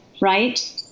right